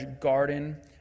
garden